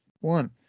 One